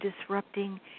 disrupting